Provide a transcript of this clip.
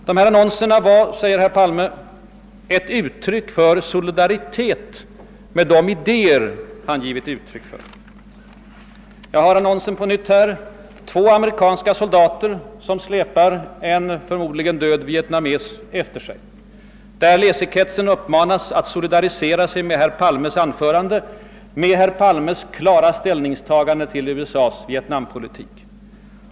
De är, säger herr Palme, ett uttryck för solidaritet med de idéer han givit uttryck för. Jag har på nytt en av annonserna i min hand. Den visar två amerikanska soldater, som släpar en — förmodligen död — vietnames efter sig, och läse kretsen uppmanas att solidarisera sig med herr Palmes klara ställningstagande mot USA:s vietnampolitik.